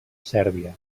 sèrbia